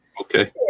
Okay